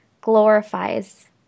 glorifies